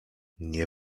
nie